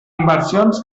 inversions